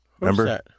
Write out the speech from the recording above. Remember